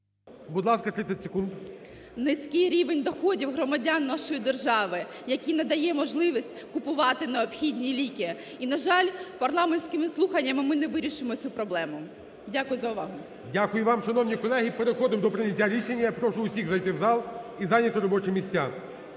Будь ласка, 30 секунд. СИСОЄНКО І.В. … низький рівень доходів громадян нашої держави, який не дає можливість купувати необхідні ліки. І, на жаль, парламентськими слуханнями ми не вирішимо цю проблему. Дякую за увагу. ГОЛОВУЮЧИЙ. Дякую вам. Шановні колеги, переходимо до прийняття рішення. Я прошу усіх зайти в зал і зайняти робочі місця.